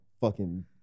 fucking-